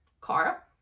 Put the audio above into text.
car